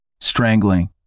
Strangling